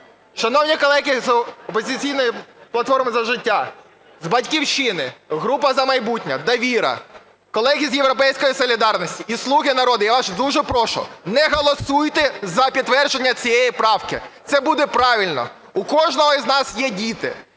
Шановні колеги з "Опозиційної платформи – За життя", з "Батьківщини", група "За майбутнє", "Довіра", колеги з "Європейської солідарності" і "Слуги народу", я вас дуже прошу, не голосуйте за підтвердження цієї правки, це буде правильно. У кожного з нас є діти